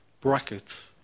bracket